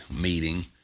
meeting